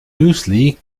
müsli